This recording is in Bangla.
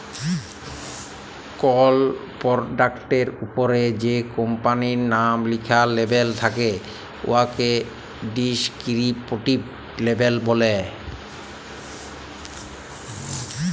কল পরডাক্টের উপরে যে কম্পালির লাম লিখ্যা লেবেল থ্যাকে উয়াকে ডেসকিরিপটিভ লেবেল ব্যলে